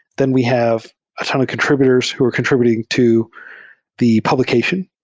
then we have a ton of contr ibutors who are contr ibuting to the publication.